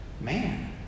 man